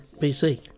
BC